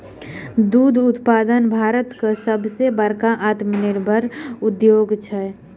दूध उत्पादन भारतक सभ सॅ बड़का आत्मनिर्भर उद्योग अछि